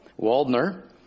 Waldner